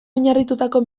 oinarritutako